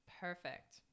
Perfect